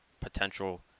potential